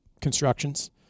constructions